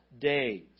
days